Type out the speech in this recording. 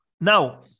Now